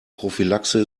prophylaxe